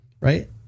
Right